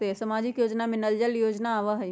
सामाजिक योजना में नल जल योजना आवहई?